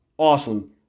Awesome